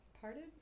parted